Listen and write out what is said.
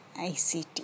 ICT